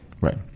right